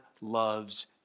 loves